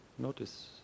Notice